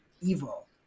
evil